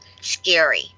scary